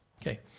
Okay